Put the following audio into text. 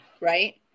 right